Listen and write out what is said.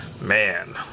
Man